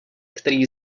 který